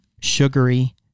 sugary